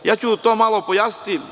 Ja ću to malo pojasniti.